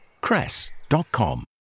cress.com